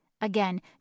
Again